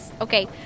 Okay